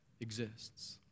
exists